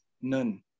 none